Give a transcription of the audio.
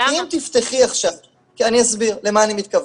אני אסביר למה אני מתכוון.